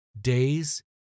Days